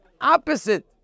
Opposite